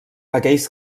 aquells